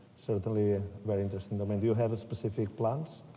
certainly very interesting. i mean do you have a specific plan?